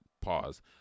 pause